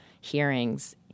hearings